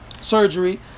surgery